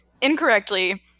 incorrectly